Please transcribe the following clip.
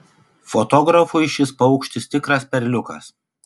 fotografui šis paukštis tikras perliukas